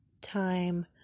time